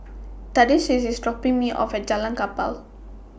Thaddeus IS dropping Me off At Jalan Kapal